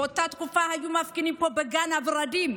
באותה תקופה היו מפגינים פה בגן הוורדים,